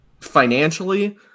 financially